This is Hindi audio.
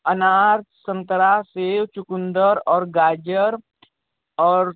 अनार संतरा सेब चुकूंदर और गाजर और